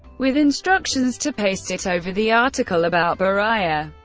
with instructions to paste it over the article about beria.